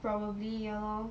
probably ya